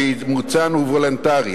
שאימוצן הוא וולונטרי,